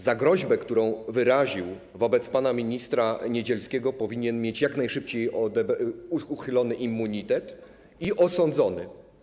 Za groźbę, którą wyraził wobec pana ministra Niedzielskiego, powinien mieć jak najszybciej uchylony immunitet i powinien zostać osądzony.